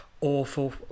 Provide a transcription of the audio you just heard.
awful